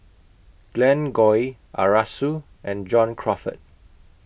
Glen Goei Arasu and John Crawfurd